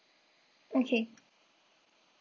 okay